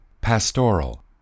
pastoral